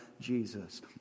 Jesus